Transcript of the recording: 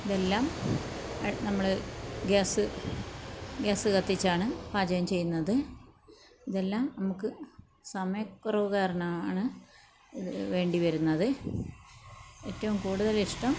ഇതെല്ലം അ നമ്മൾ ഗ്യാസ്സ് ഗ്യാസ്സ് കത്തിച്ചാണ് പാചകം ചെയ്യുന്നത് ഇതെല്ലാം നമുക്ക് സമയക്കുറവ് കാരണമാണ് ഇത് വേണ്ടി വരുന്നത് ഏറ്റോം കൂട്തലിഷ്ടം